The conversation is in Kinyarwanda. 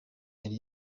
yari